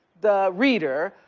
the reader,